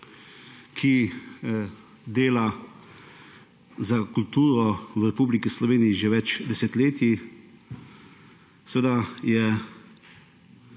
ki dela za kulturo v Republiki Sloveniji že več desetletij, je eden